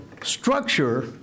structure